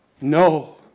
No